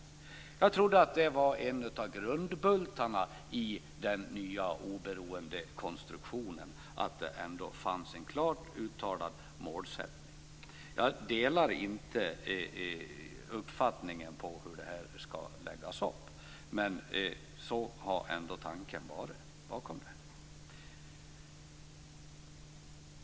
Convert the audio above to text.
Men jag trodde att det var en av grundbultarna i den nya oberoende konstruktionen att det ändå fanns en klart uttalad målsättning. Jag delar alltså inte uppfattningen om hur detta skall läggas upp, men så här har ändå tanken bakom detta varit.